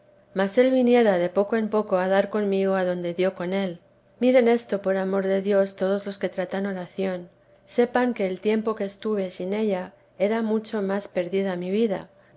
mas él viniera de poco en poco a dar conmigo adonde dio con él miren esto por amor de dios todos los que tratan oración sepan que el tiempo que estuve sin ella era mucho más perdida mi vida